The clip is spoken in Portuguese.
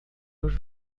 nos